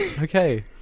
Okay